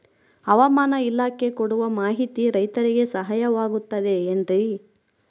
ಹವಮಾನ ಇಲಾಖೆ ಕೊಡುವ ಮಾಹಿತಿ ರೈತರಿಗೆ ಸಹಾಯವಾಗುತ್ತದೆ ಏನ್ರಿ?